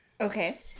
Okay